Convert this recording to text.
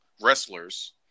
wrestlers